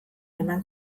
eman